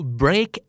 break